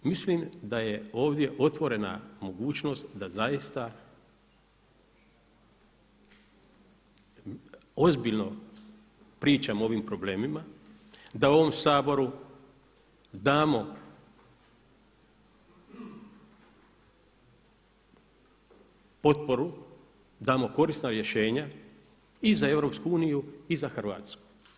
Mislim da je ovdje otvorena mogućnost da zaista ozbiljno pričamo o ovim problemima, da ovom Saboru damo potporu, damo korisna rješenja i za EU i za Hrvatsku.